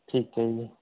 ਠੀਕ ਹੈ ਜੀ